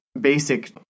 basic